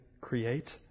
create